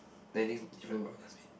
then it's different from the dustbin